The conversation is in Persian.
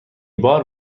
بار